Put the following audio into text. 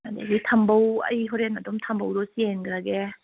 ꯑꯗꯒꯤ ꯊꯝꯕꯧ ꯑꯩ ꯍꯣꯔꯦꯟ ꯑꯗꯨꯝ ꯊꯝꯕꯧꯗꯣ ꯆꯦꯟꯒ꯭ꯔꯒꯦ